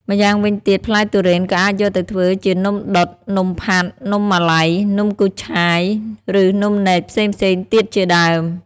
ម្យ៉ាងវិញទៀតផ្លែទុរេនក៏អាចយកទៅធ្វើជានំដុត នំផាត់ នំម៉ាឡៃ នំគូឆាយ ឬនំនែកផ្សេងៗទៀតជាដើម។